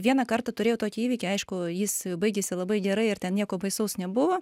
vieną kartą turėjau tokį įvykį aišku jis baigėsi labai gerai ir ten nieko baisaus nebuvo